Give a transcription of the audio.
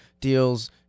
deals